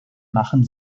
machen